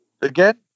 again